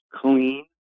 clean